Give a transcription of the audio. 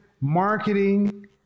marketing